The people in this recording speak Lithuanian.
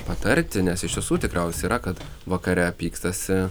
patarti nes iš tiesų tikriausiai yra kad vakare pykstasi